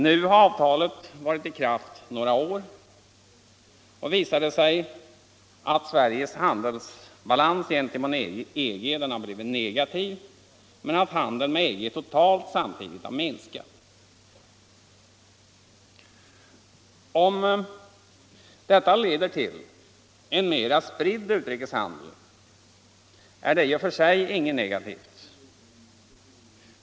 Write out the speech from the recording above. Nu när avtalet varit i kraft några år, visar det sig att Sveriges handelsbalans gentemot EG blivit negativ och att handeln med EG totalt samtidigt har minskat. Om detta leder till en mera spridd utrikeshandel är det i och för sig inget negativt.